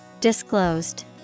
Disclosed